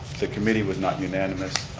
the committee was not unanimous.